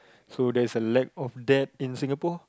so there's a lack of that in Singapore